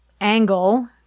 angle